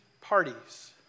parties